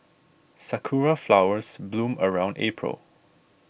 sakura flowers bloom around April